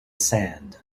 sand